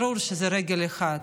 ברור שזו רגל אחת,